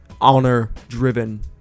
honor-driven